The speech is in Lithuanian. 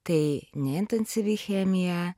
tai neintensyvi chemija